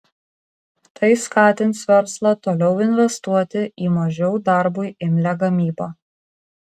tai skatins verslą toliau investuoti į mažiau darbui imlią gamybą